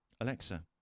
Alexa